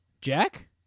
Jack